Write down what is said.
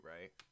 right